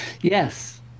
yes